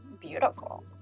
Beautiful